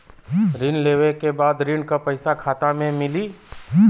ऋण लेवे के बाद ऋण का पैसा खाता में मिली?